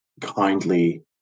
kindly